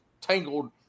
tangled